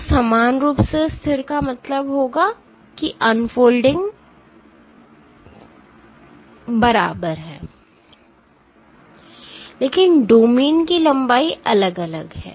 तो समान रूप से स्थिर का मतलब होगा कि अनफोल्डिंग तरफ बराबर है लेकिन डोमेन की लंबाई अलग अलग है